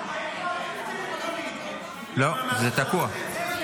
לא, זה תקוע.